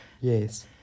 Yes